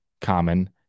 common